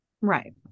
Right